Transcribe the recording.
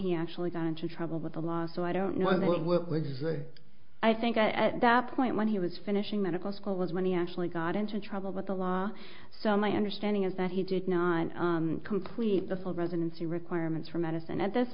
he actually got into trouble with the law so i don't know about what was a i think at that point when he was finishing medical school was when he actually got into trouble with the law so my understanding is that he did not complete the full residency requirements for medicine at this